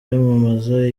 yamamaza